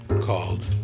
called